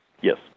Yes